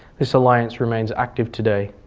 this alliance remains active today.